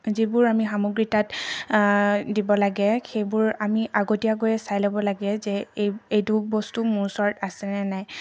যিবোৰ আমি সামগ্ৰী তাত দিব লাগে সেইবোৰ আমি আগতীয়াকৈয়ে চাই ল'ব লাগে যে এই এইটো বস্তু মোৰ ওচৰত আছেনে নাই